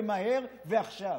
ומהר ועכשיו.